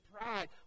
pride